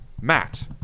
Matt